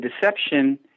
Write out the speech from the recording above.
deception